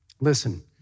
Listen